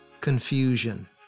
confusion